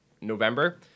november